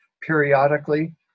periodically